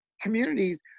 communities